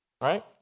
right